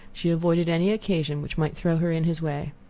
she avoided any occasion which might throw her in his way.